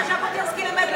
מה ז'בוטינסקי אומר?